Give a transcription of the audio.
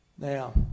Now